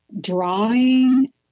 drawing